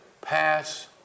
pass